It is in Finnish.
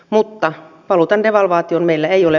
mutta valuutan devalvaatioon meillä ei ole